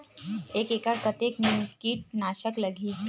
एक एकड़ कतेक किट नाशक लगही?